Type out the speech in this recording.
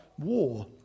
War